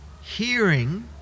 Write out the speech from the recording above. hearing